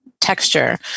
texture